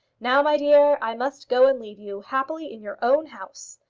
now, my dear, i must go and leave you happily in your own house.